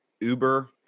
Uber